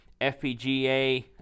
FPGA